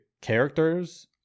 characters